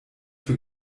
für